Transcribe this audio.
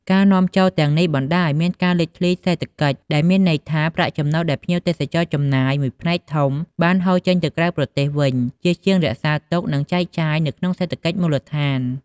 ការនាំចូលទាំងនេះបណ្តាលឱ្យមាន ការលេចធ្លាយសេដ្ឋកិច្ច ដែលមានន័យថា ប្រាក់ចំណូលដែលភ្ញៀវទេសចរចំណាយ មួយផ្នែកធំបានហូរចេញទៅក្រៅប្រទេសវិញ ជាជាងរក្សាទុក និងចែកចាយនៅក្នុងសេដ្ឋកិច្ចមូលដ្ឋាន។